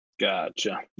Gotcha